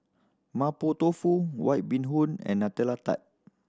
Mapo Tofu White Bee Hoon and tart